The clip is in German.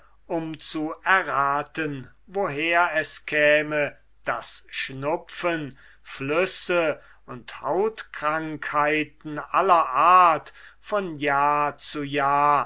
um zu erraten woher es käme daß schnuppen flüsse und hautkrankheiten aller arten von jahr zu jahr